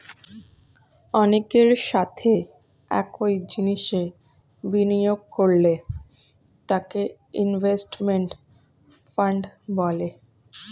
অনেকের সাথে একই জিনিসে বিনিয়োগ করলে তাকে ইনভেস্টমেন্ট ফান্ড বলে